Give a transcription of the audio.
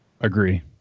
Agree